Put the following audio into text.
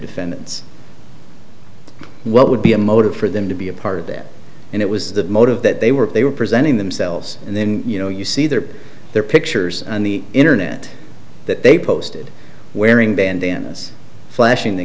defendants what would be a motive for them to be a part of that and it was the motive that they were they were presenting themselves and then you know you see their their pictures on the internet that they posted wearing bandanas flashing the